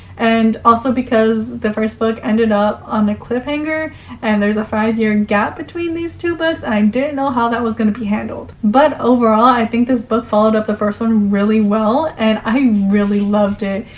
and also because the first book ended up on a cliffhanger and there's a five-year gap between these two books, and i didn't know how that was gonna be handled. but overall i think this book followed up the first one really well, and i really loved it.